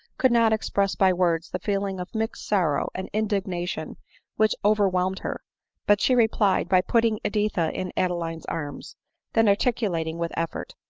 could not express by words the feeling of mixed sorrow and indignation which overwhelmed her but she replied by putting editha in adeline's arms then articulating with effort,